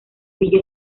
villa